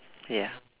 ya